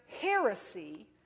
heresy